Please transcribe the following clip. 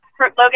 Logan